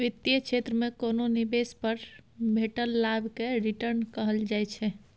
बित्तीय क्षेत्र मे कोनो निबेश पर भेटल लाभ केँ रिटर्न कहल जाइ छै